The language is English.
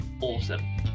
awesome